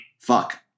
fuck